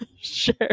sure